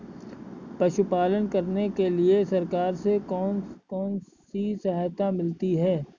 पशु पालन करने के लिए सरकार से कौन कौन सी सहायता मिलती है